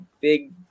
big